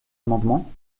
amendement